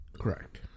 Correct